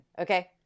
Okay